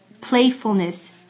playfulness